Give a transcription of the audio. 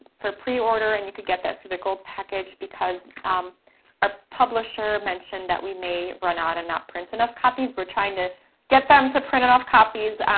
for pre order, and you could get that through the gold package because our publisher mentioned that we may run out and not print enough copies. we're trying to get them to print enough copies,